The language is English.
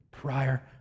prior